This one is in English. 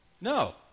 No